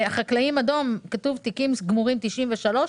בחקלאים אדום כתוב: תיקים גמורים 93,